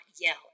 yell